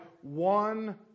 one